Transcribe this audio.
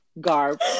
garb